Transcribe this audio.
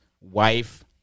wife